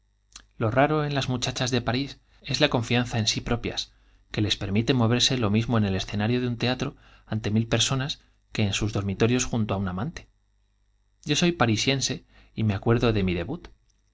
lo raro en la confianza en sí propias las muchachas de parís es lo mismo en el escenario de que les permite moverse un teatro ante mi personas que en ús dormitorios á t o soy parisiense y me acuerdo un amante junto de mi debut